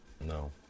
No